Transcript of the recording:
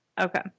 Okay